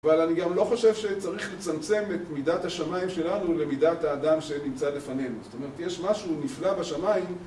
אבל אני גם לא חושב שצריך לצמצם את מידת השמיים שלנו למידת האדם שנמצא לפנינו זאת אומרת יש משהו נפלא בשמיים